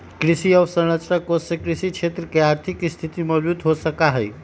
कृषि अवसरंचना कोष से कृषि क्षेत्र के आर्थिक स्थिति मजबूत हो सका हई